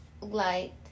light